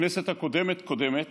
בכנסת הקודמת קודמת